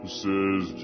says